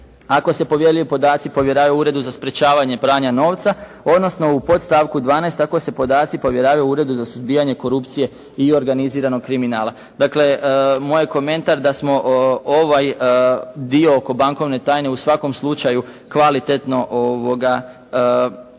ako se povjerljivi podaci povjeravaju Uredu za sprječavanje pranja novca, odnosno u podstavku 12. ako se podaci povjeravaju Uredu za suzbijanje korupcije i organiziranog kriminala. Dakle, moj je komentar da smo ovaj dio oko bankovne tajne u svakom slučaju kvalitetno sročili